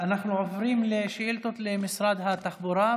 אנחנו עוברים לשאילתות למשרד התחבורה.